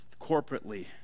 corporately